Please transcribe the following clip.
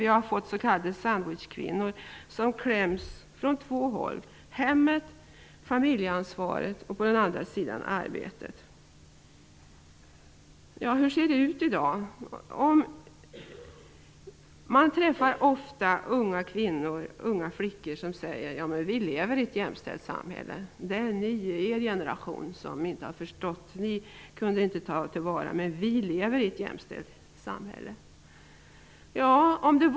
Vi har fått s.k. sandwichkvinnor, som kläms från två håll: på den ena sidan hemmet och familjeansvaret och på den andra sidan arbetet. Hur ser det ut i dag? Man träffar ofta unga flickor som säger: Vi lever i ett jämställt samhälle, och det är er generation som inte kunde ta till vara era möjligheter.